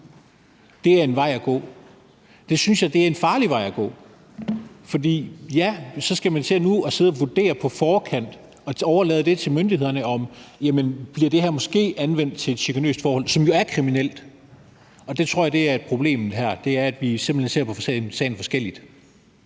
gør, er en vej at gå. Det synes jeg er en farlig vej at gå. For ja, så skal man sidde og vurdere på forkant og overlade det til myndighederne, om det her måske bliver anvendt til et chikanøst formål, som jo er kriminelt, og jeg tror problemet her er, at vi simpelt hen ser på sagen forskelligt.